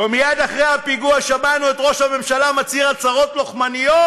ומייד אחרי הפיגוע שמענו את ראש הממשלה מצהיר הצהרות לוחמניות,